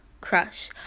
crush